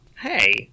Hey